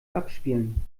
abspielen